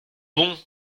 bon